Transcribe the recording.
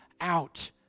out